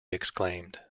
exclaimed